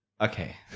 Okay